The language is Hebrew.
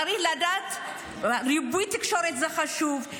ריבוי תקשורת זה חשוב,